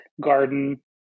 garden